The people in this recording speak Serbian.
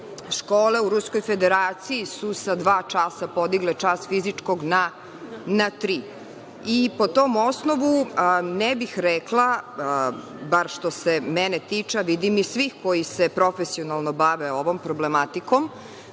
škole u Ruskoj Federaciji su sa dva časa podigle čas fizičkog na tri. Po tom osnovu ne bih rekla, bar što se mene tiče, a vidim i svih koji se profesionalno bave ovom problematikom,